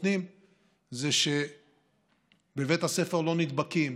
היא שבבית הספר לא נדבקים,